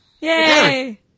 Yay